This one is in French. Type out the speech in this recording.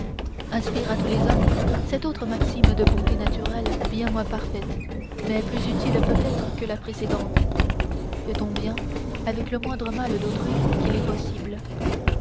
inspire à tous les hommes cette autre maxime de bonté naturelle bien moins parfaite mais plus utile peut-être que la précédente fais ton bien avec le moindre mal d'autrui qu'il est possible